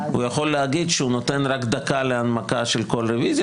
הוא יכול להגיד שהוא נותן רק דקה להנמקה של כל רוויזיה.